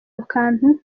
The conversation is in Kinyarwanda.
akantu